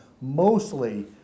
mostly